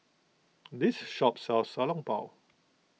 this shop sells Xiao Long Bao